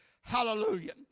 Hallelujah